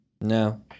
No